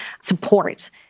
support